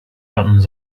buttons